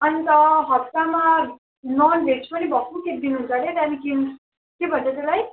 अन्त हप्तामा non veg पनि भक्कु खेप दिनुहुन्छ रे त्यहाँदेखि के भन्छ त्यसलाई